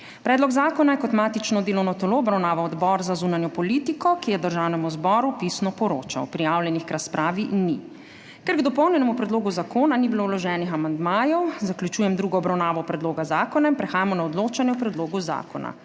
Predlog zakona je kot matično delovno telo obravnaval Odbor za zunanjo politiko, ki je Državnemu zboru pisno poročal. Prijavljenih k razpravi ni. Ker k dopolnjenemu predlogu zakona ni bilo vloženih amandmajev, zaključujem drugo obravnavo predloga zakona in prehajamo na odločanje o predlogu zakona.